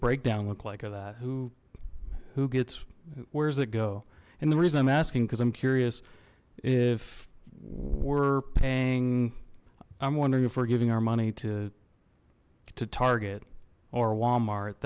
breakdown look like of that who who gets where's it go and the reason i'm asking because i'm curious if we're paying i'm wondering if we're giving our money to to target or walmart